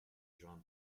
jean